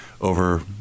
over